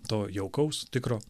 to jaukaus tikro